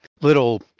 little